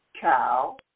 cow